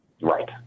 right